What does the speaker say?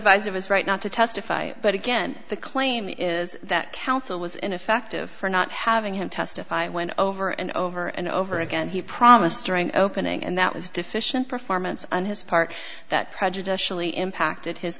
his right not to testify but again the claim is that counsel was ineffective for not having him testify when over and over and over again he promised during opening and that was deficient performance on his part that prejudicially impacted his